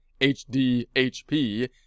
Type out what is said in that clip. HDHP